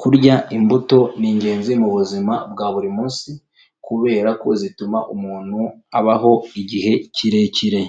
Kurya imbuto ni ingenzi mu buzima bwa buri munsi kubera ko zituma umuntu abaho igihe kirekire.